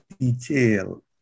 detail